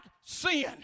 sin